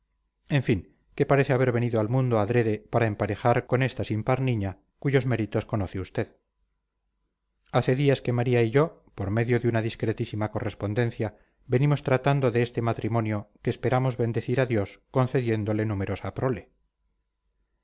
en fin que parece haber venido al mundo adrede para emparejar con esta sin par niña cuyos méritos conoce usted hace días que maría y yo por medio de una discretísima correspondencia venimos tratando de este matrimonio que esperamos bendecirá dios concediéndole numerosa prole